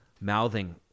Mouthing